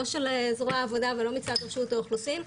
לא של זרוע העבודה ולא מצד רשות האוכלוסין.